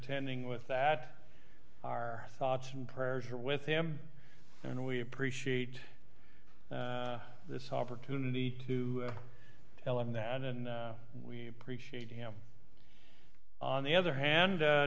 tending with that our thoughts and prayers are with him and we appreciate this opportunity to tell him that and we appreciate him on the other hand